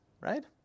right